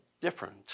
different